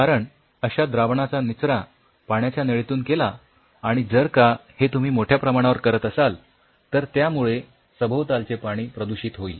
कारण अश्या द्रावणाचा निचरा पाण्याच्या नळीतून केला आणि जर का तुम्ही हे मोठ्या प्रमाणावर करत असाल तर त्यामुळे सभोवतालचे पाणी प्रदूषित होईल